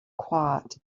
quiet